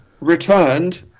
returned